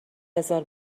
بزار